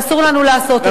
ואסור לנו לעשות את זה.